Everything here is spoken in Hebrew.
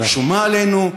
שומה עלינו,